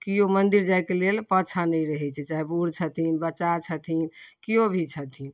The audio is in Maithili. केओ मन्दिर जाइ कऽ लेल पाछाँ नहि रहैत छै चाहे बुढ़ छथिन बच्चा छथिन केओ भी छथिन